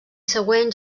següent